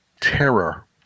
terror